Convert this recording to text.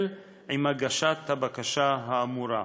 יהיה מסמך הזיהוי האחר בטל עם הגשת הבקשה האמורה.